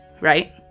right